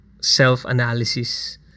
self-analysis